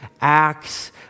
Acts